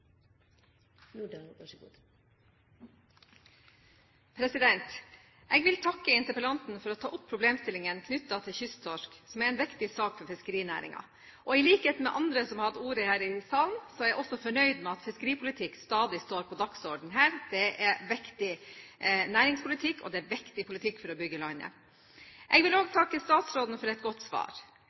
viktig sak for fiskerinæringen. I likhet med andre som har hatt ordet her i salen, er jeg også fornøyd med at fiskeripolitikk stadig står på dagsordenen her, det er viktig næringspolitikk og det er viktig politikk for å bygge landet. Jeg vil også takke statsråden for et godt svar.